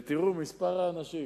ותראו, מספר האנשים